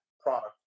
product